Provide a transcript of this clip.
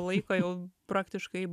laiko jau praktiškai